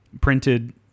printed